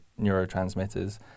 neurotransmitters